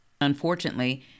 unfortunately